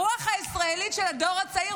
הרוח הישראלית של הדור הצעיר,